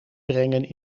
brengen